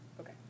Okay